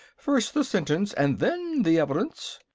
first the sentence, and then the evidence!